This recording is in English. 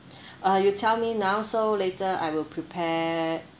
uh you tell me now so later I will prepare